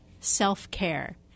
self-care